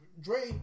Dre